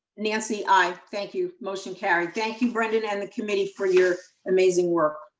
nancy, i, thank you, motion carried. thank you, brendan and the committee, for your amazing work.